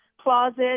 closet